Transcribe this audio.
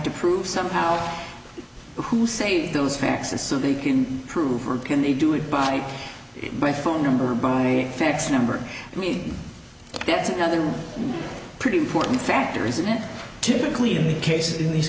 to prove somehow who say those facts and so they can prove or can they do it by by phone number by only fax number i mean that's another pretty important factor isn't it typically in the case in these